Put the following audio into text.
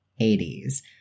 80s